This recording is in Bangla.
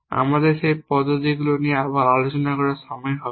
আমাদের সেই পদ্ধতিগুলি নিয়ে আবার আলোচনা করার সময় হবে না